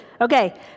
Okay